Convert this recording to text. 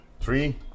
Three